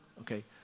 okay